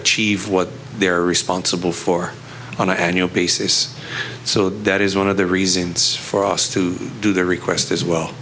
achieve what they're responsible for on an annual basis so that is one of the reasons for us to do the request as well